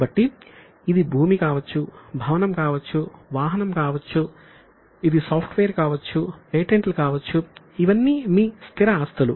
కాబట్టి ఇది భూమి కావచ్చు భవనం కావచ్చు వాహనం కావచ్చు ఇది సాఫ్ట్వేర్ కావచ్చు పేటెంట్లు కావచ్చు ఇవన్నీ మీ స్థిర ఆస్తులు